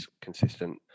consistent